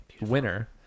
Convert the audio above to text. Winner